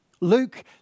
Luke